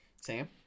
Sam